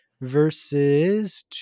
Versus